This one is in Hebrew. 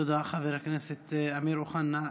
תודה, חבר הכנסת אמיר אוחנה.